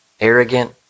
arrogant